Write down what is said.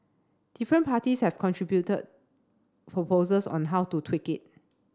different parties have contributed proposals on how to tweak it